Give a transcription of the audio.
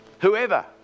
Whoever